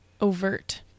overt